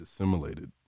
dissimilated